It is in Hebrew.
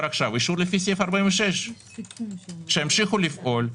עכשיו אישור לפי סעיף 46. שימשיכו לפעול,